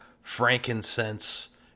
frankincense